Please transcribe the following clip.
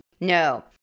No